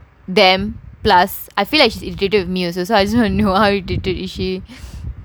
plus I feel like she irritated with me also I just want to know how irritated is she